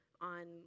on